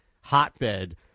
hotbed